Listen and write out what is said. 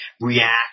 react